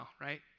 right